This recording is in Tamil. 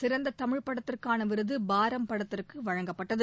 சிறந்த தமிழ் படத்துக்கான விருது பாரம் படத்துக்கு வழங்கப்பட்டது